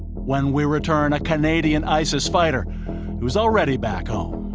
when we return, a canadian isis fighter who is already back home.